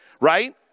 right